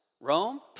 Rome